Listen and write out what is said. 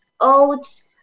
oats